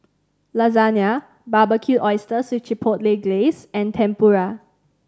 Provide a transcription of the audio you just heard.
Lasagna Barbecued Oysters with Chipotle Glaze and Tempura